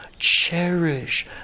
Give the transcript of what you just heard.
Cherish